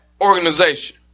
organization